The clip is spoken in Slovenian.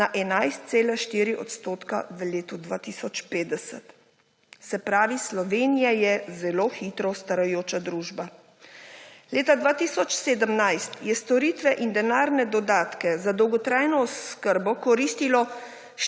na 11,4 % v letu 2050, se pravi Slovenija je zelo hitro starajoča družba. Leta 2017 je storitve in denarne dodatke za dolgotrajno oskrbo koristilo